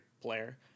player